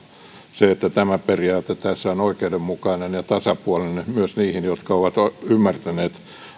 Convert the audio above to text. tämä periaate tässä on oikeudenmukainen ja tasapuolinen myös niille jotka ovat ymmärtäneet